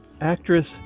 Actress